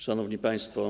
Szanowni Państwo!